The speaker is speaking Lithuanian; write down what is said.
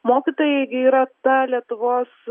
mokytojai gi yra ta lietuvos